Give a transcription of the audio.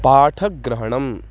पाठग्रहणम्